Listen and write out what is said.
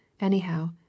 anyhow